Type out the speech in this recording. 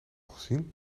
gezien